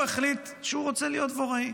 הוא החליט שהוא רוצה להיות דבוראי,